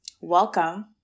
welcome